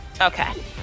Okay